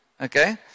Okay